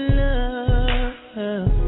love